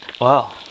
Wow